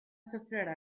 soffrire